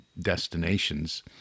destinations